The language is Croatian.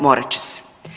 Morat će se.